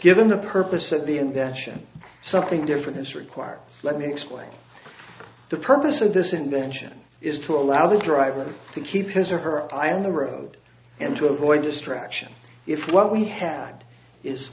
given the purpose of the invention something different is required let me explain the purpose of this invention is to allow the driver to keep his or her eye on the road and to avoid distraction if what we had is